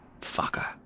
Fucker